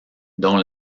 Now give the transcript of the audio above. dont